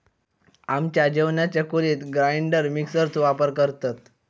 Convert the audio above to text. आमच्या जेवणाच्या खोलीत ग्राइंडर मिक्सर चो वापर करतत